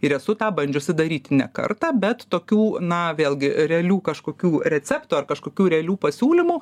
ir esu tą bandžiusi daryti ne kartą bet tokių na vėlgi realių kažkokių receptų ar kažkokių realių pasiūlymų